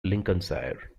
lincolnshire